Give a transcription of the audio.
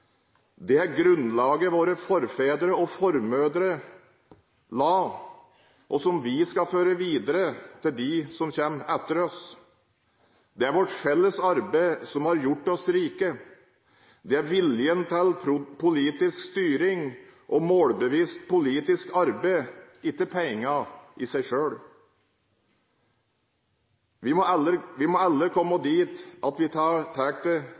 er grunnlaget våre forfedre og formødre la, og som vi skal føre videre til dem som kommer etter oss. Det er vårt felles arbeid som har gjort oss rike. Det er viljen til politisk styring og målbevisst politisk arbeid, ikke pengene i seg selv. Vi må aldri komme dit at vi tar